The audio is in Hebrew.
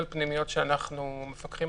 איך ייתכן שאנחנו מחייבים עטיית מסכות